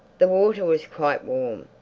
the water was quite warm.